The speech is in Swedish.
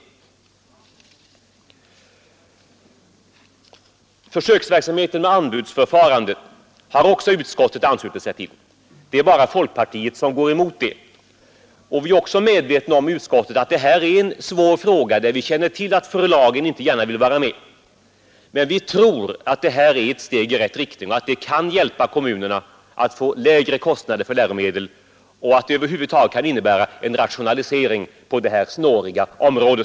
Förslaget om försöksverksamhet med anbudsförfarande har också utskottet anslutit sig till. Det är bara folkpartiet som går emot det. I utskottet är vi medvetna om att det här är en svår fråga. Vi känner till att förlagen inte gärna vill vara med, men vi tror att det här är ett steg i rätt riktning, att det kan hjälpa kommunerna att få lägre kostnader för läromedel och att det över huvud taget kan innebära en rationalisering på det här snåriga området.